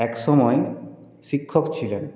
একসময় শিক্ষক ছিলেন